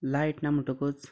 light ना म्हणटकूच